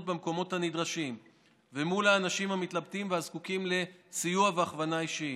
במקומות הנדרשים ומול האנשים המתלבטים והזקוקים לסיוע והכוונה אישיים.